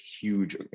huge